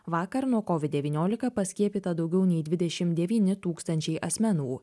vakar nuo covid devyniolika paskiepyta daugiau nei dvidešim devyni tūkstančiai asmenų